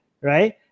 right